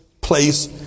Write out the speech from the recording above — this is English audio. place